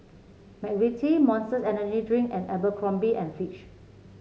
McVitie Monster Energy Drink and Abercrombie and Fitch